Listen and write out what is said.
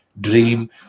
dream